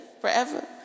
forever